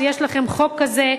יש לכם חוק כזה,